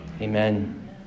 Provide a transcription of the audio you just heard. amen